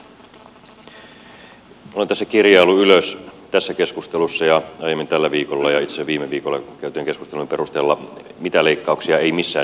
minä olen tässä kirjaillut ylös tässä keskustelussa aiemmin tällä viikolla ja itse asiassa viime viikollakin käytyjen keskustelujen perusteella mitä leikkauksia ei missään nimessä saa tehdä